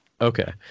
Okay